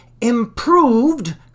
improved